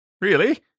Really